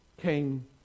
came